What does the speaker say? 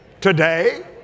Today